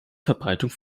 verbreitung